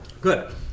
Good